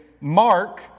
mark